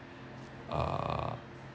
uh